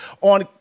on